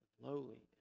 lowly